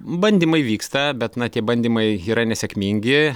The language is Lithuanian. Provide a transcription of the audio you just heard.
bandymai vyksta bet na tie bandymai yra nesėkmingi